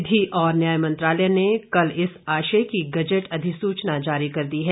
विधि और न्याय मंत्रालय ने कल इस आशय की गजट अधिसूचना जारी कर दी है